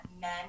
men